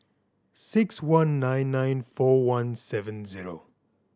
six one nine nine four one seven zero